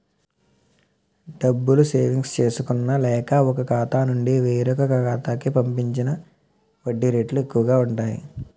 డబ్బులు సేవింగ్స్ చేసుకున్న లేక, ఒక ఖాతా నుండి వేరొక ఖాతా కి పంపించిన వడ్డీ రేట్లు ఎక్కువు గా ఉంటాయి